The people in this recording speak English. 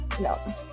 no